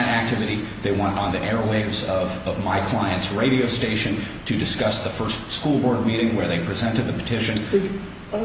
activity they want on the airwaves of my client's radio station to discuss the first school board meeting where they presented